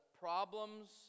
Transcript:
problems